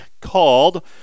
called